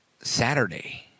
Saturday